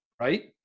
right